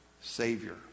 Savior